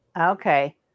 Okay